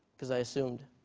because i assumed.